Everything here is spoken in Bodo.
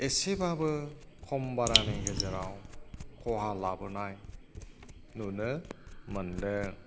एसेबाबो खम बारानि गेजेराव खहा लाबोनाय नुनो मोनदों